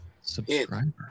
subscriber